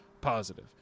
Positive